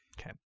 Okay